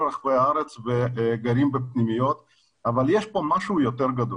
רחבי הארץ וגרים בפנימיות אבל יש כאן משהו יותר גדול.